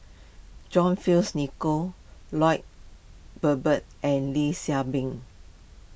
John Fearns Nicoll Lloyd Valberg and Lee Shao Meng